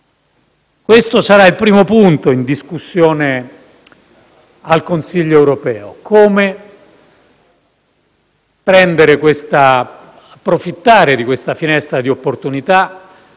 Questo sarà il primo punto in discussione al Consiglio europeo: come approfittare di questa finestra di opportunità,